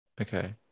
okay